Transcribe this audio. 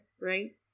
right